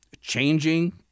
changing